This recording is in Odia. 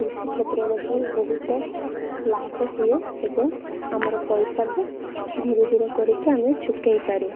କୃଷି କ୍ଷେତ୍ରରେ ବି ବହୁତ ଲାଭ ହୁଏ ଏବଂ ଆମର ପଇସା ବି ଧୀରେ ଧୀରେ କରିକି ଆମେ ଚୁକେଇ ପାରୁ